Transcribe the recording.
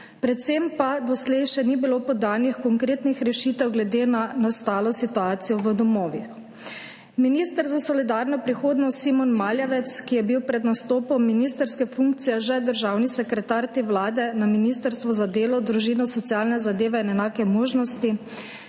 predvsem pa doslej še ni bilo podanih konkretnih rešitev glede na nastalo situacijo v domovih. Minister za solidarno prihodnost Simon Maljevac, ki je bil pred nastopom ministrske funkcije že državni sekretar te vlade na Ministrstvu za delo, družino, socialne zadeve in enake možnosti,